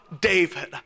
David